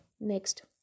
next